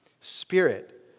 spirit